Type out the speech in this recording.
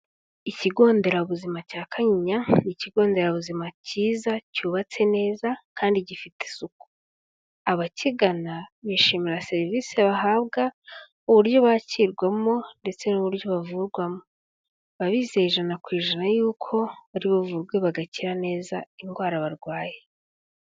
Ikigo Nderabuzima cya Kanyinya, ni Ikigo Nderabuzima cyiza cyubatse neza kandi gifite isuku. Abakigana bishimira serivisi bahabwa, uburyo bakirwamo, ndetse n'uburyo bavurwamo. Baba bizeye ijana ku ijana ko bari buvurwe bagakira neza indwara barwaye.